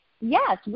yes